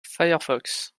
firefox